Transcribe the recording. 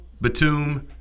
Batum